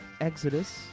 Exodus